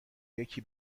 یکی